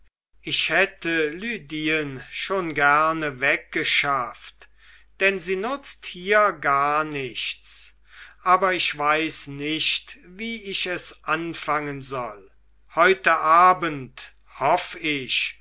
ich hätte lydien schon gerne weggeschafft denn sie nutzt hier gar nichts aber ich weiß nicht wie ich es anfangen soll heute abend hoff ich